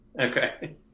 Okay